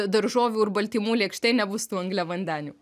daržovių ir baltymų lėkštėj nebus tų angliavandenių